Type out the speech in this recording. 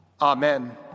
Amen